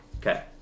Okay